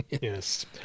Yes